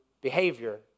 behavior